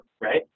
right